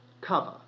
cover